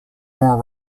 more